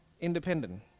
independent